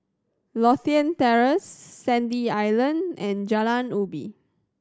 Lothian Terrace Sandy Island and Jalan Ubi